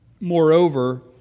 Moreover